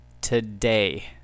today